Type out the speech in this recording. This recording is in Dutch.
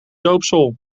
doopsel